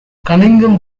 cunningham